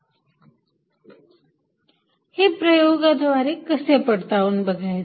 F2 140q1q2r122r12 हे प्रयोगाद्वारे कसे पडताळून बघायचे